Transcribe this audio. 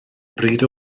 bryd